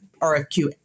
RFQ